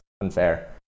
unfair